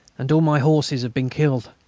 and all my horses have been killed.